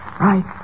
Right